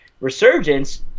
resurgence